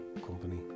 Company